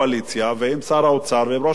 עם שר האוצר ועם ראש הממשלה,